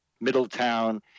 Middletown